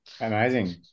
Amazing